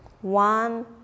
one